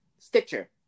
Stitcher